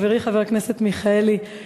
חברי חבר הכנסת מיכאלי,